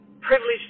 privileged